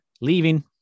leaving